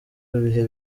bihe